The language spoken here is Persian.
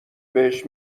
بهش